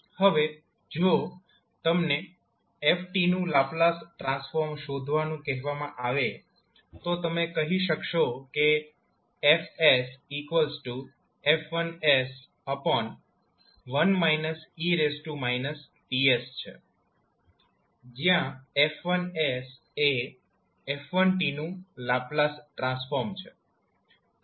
હવે જો તમને 𝑓𝑡 નું લાપ્લાસ ટ્રાન્સફોર્મ શોધવાનું કહેવામાં આવે તો તમે કહી શકશો કે F F11 e Ts છે જ્યાં F1 એ 𝑓1𝑡 નું લાપ્લાસ ટ્રાન્સફોર્મ છે